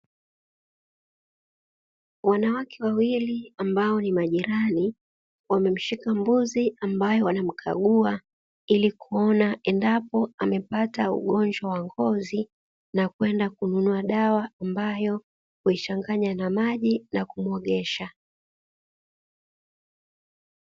Wanawake wawili ambao ni majirani wamemshika mbuzi ambaye wanamkagua, ili kuona endapo amepata ugonjwa wa ngozi na kwenda kununua dawa ambayo huichanganya na maji na kumuogesha.